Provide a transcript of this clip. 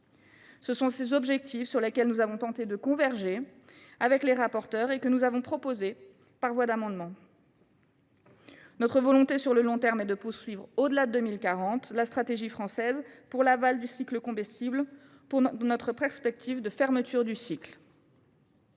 Tels sont les objectifs sur lesquels nous avons tenté de converger avec les rapporteurs et que nous avons proposés par voie d’amendement. Notre volonté à long terme consiste à poursuivre, au delà de 2040, la stratégie française pour l’aval du cycle du combustible, dans la perspective de fermeture dudit cycle.